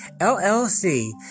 LLC